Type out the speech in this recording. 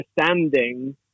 understanding